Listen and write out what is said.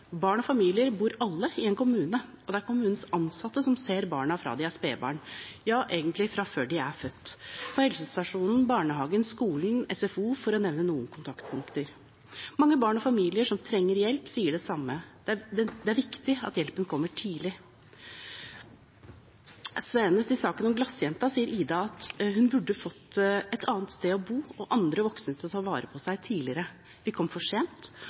en kommune, og det er kommunens ansatte som ser barna fra de er spedbarn – ja, egentlig fra før de er født – på helsestasjonen, i barnehagen, på skolen, på SFO, for å nevne noen kontaktpunkter. Mange barn og familier som trenger hjelp, sier det samme: Det er viktig at hjelpen kommer tidlig. Senest i saken om glassjenta sier Ida at hun burde fått et annet sted å bo og andre voksne til å ta vare på seg tidligere. Vi kom for sent